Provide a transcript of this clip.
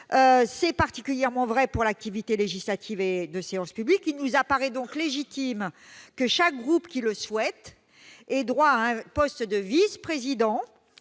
est particulièrement vrai pour l'activité législative et en séance publique. Il nous paraît donc légitime que chaque groupe qui le souhaite ait droit à un poste de vice-président,